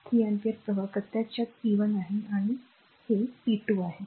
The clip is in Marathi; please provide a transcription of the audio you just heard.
तर 3 अँपिअर प्रवाह प्रत्यक्षात p 1 आहे आणि हे r p2 आहे